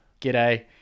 g'day